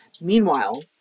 Meanwhile